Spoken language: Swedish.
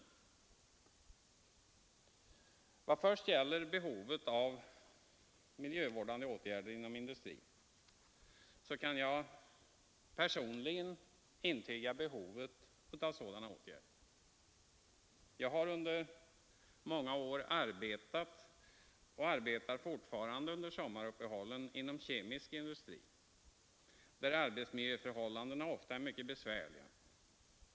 I vad först gäller behovet av miljövårdande åtgärder inom industrin kan jag personligen intyga att det finns ett sådant behov. Jag har under många år arbetat och arbetar fortfarande under sommaruppehållen inom kemisk industri, där arbetsmiljöförhållandena ofta är mycket besvärliga.